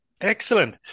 Excellent